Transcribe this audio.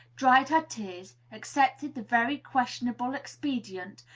dried her tears, accepted the very questionable expedient,